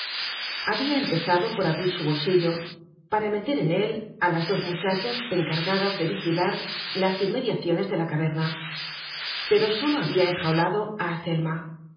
habia empezado por abrir su bolsillo para meter en él á las dos muchachas encargadas de vigilar las inmediaciones de la caverna pero solo habia enjaulado á azelma